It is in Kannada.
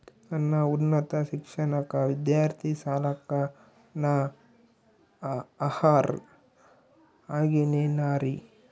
ನನ್ನ ಉನ್ನತ ಶಿಕ್ಷಣಕ್ಕ ವಿದ್ಯಾರ್ಥಿ ಸಾಲಕ್ಕ ನಾ ಅರ್ಹ ಆಗೇನೇನರಿ?